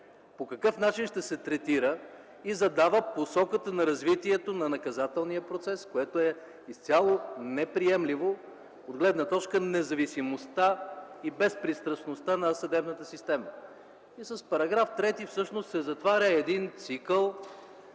по какъв начин ще се третира и задава посоката на развитието на наказателния процес, което е изцяло неприемливо от гледна точка независимостта и безпристрастността на съдебната система. И с § 3 всъщност се затваря един цикъл